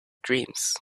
dreams